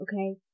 Okay